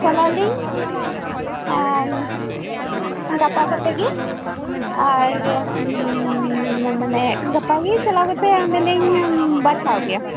ᱪᱟᱞᱟᱜ ᱟᱹᱞᱤᱧ ᱜᱟᱯᱟ ᱠᱚᱛᱮ ᱜᱮ ᱟᱨ ᱢᱟᱱᱮ ᱜᱟᱯᱟ ᱜᱮ ᱪᱟᱞᱟᱣ ᱠᱟᱛᱮ ᱚᱸᱰᱮᱞᱤᱧ ᱵᱟᱪᱷᱟᱣ ᱜᱮᱭᱟ